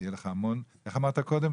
ואיך אמרת קודם?